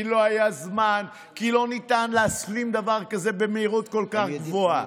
כי לא היה זמן וכי לא ניתן להשלים דבר כזה במהירות כל כך גבוהה.